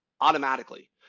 automatically